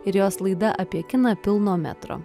ir jos laida apie kiną pilno metro